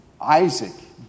Isaac